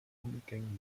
unumgänglich